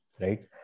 right